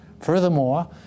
Furthermore